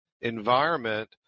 environment